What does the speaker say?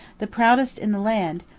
the proudest in the land.